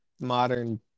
modern